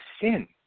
sin